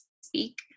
speak